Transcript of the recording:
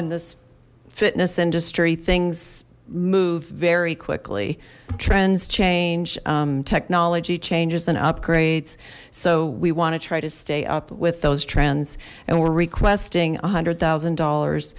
in this fitness industry things move very quickly trends change technology changes and upgrades so we want to try to stay up with those trends and we're requesting one hundred thousand dollars